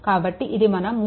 కాబట్టి ఇది మన 3